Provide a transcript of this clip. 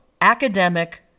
academic